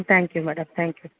thank you madam thank you